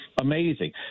amazing